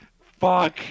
fuck